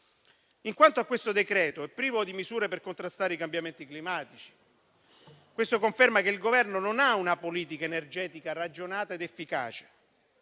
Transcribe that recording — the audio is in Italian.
Il decreto-legge in esame è privo di misure per contrastare i cambiamenti climatici e ciò conferma che il Governo non ha una politica energetica ragionata ed efficace.